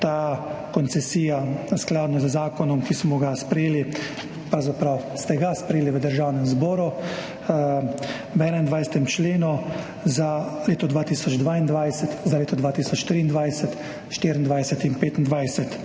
koncesija skladno z zakonom, ki smo ga sprejeli, pravzaprav ste ga sprejeli v Državnem zboru, v 21. členu za leto 2022, za leto 2023, 2024 in 2025.